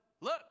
Look